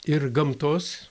ir gamtos